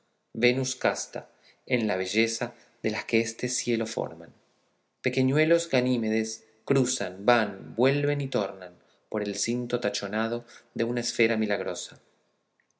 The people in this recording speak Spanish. venus casta en la belleza de las que este cielo forman pequeñuelos ganimedes cruzan van vuelven y tornan por el cinto tachonado de esta esfera milagrosa